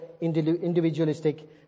individualistic